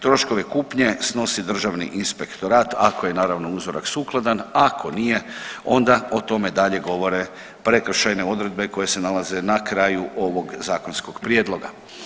Troškove kupnje snosi Državni inspektorat ako je naravno uzorak sukladan, ako nije onda o tome dalje govore prekršajne odredbe koje se nalaze na kraju ovog zakonskog prijedloga.